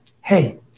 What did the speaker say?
hey